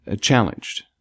challenged